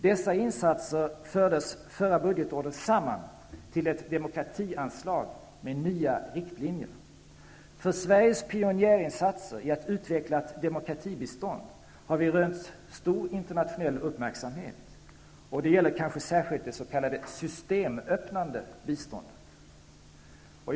Dessa insatser fördes förra budgetåret samman till ett demokratianslag med nya riktlinjer. För Sveriges pionjärinsatser i att utveckla ett demokratibistånd har vi rönt stor internationell uppmärksamhet. Det gäller kanske särskilt det s.k. systemöppnande biståndet.